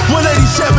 187